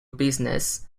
business